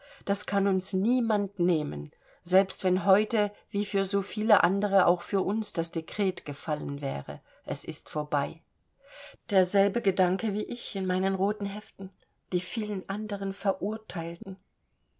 das kann uns niemand nehmen selbst wenn heute wie für so viele andere auch für uns das dekret gefallen wäre es ist vorbei derselbe gedanke wie ich in meinen roten heften die vielen anderen verurteilten